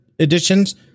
editions